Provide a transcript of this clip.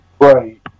Right